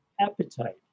appetite